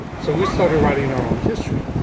so we started writing our own history